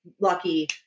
lucky